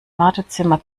wartezimmer